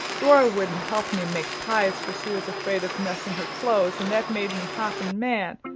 dora wouldn't help me make pies, cause she was afraid of messing her clo'es and that made me hopping mad.